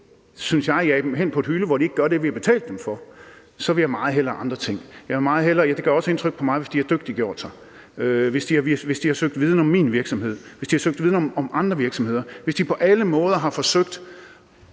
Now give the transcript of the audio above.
synes jeg, måske jage dem hen på en hylde, hvor de ikke gør det, vi har betalt dem for, meget hellere gøre andre ting. Ja, det gør også indtryk på mig, hvis de har dygtiggjort sig, hvis de har søgt viden om min virksomhed, hvis de har søgt viden om andre virksomheder, hvis de på alle måder har forsøgt